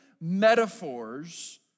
metaphors